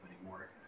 anymore